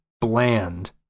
bland